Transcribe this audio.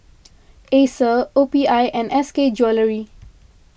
Acer O P I and S K Jewellery